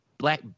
Black